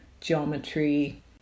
geometry